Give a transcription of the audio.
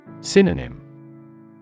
Synonym